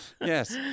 yes